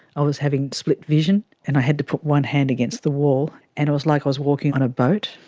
i was having split vision. and i had to put one hand against the wall. and it was like i was walking on a boat,